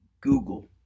google